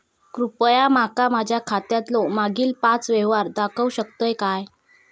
कृपया माका माझ्या खात्यातलो मागील पाच यव्हहार दाखवु शकतय काय?